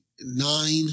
nine